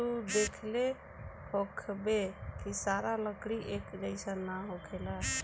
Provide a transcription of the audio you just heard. तू देखले होखबऽ की सारा लकड़ी एक जइसन ना होखेला